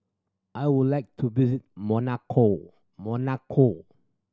I would like to visit Monaco Monaco